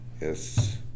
yes